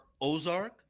Ozark